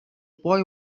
boy